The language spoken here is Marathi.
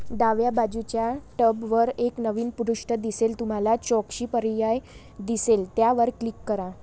डाव्या बाजूच्या टॅबवर एक नवीन पृष्ठ दिसेल तुम्हाला चौकशी पर्याय दिसेल त्यावर क्लिक करा